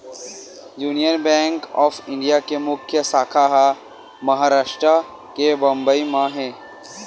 union bank of India के मुख्य साखा ह महारास्ट के बंबई म हे